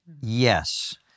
Yes